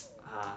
ah